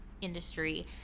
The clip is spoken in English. industry